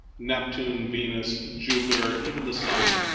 neptune, venus, jupiter, even the sun.